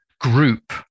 group